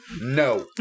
No